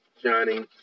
Johnny